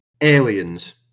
Aliens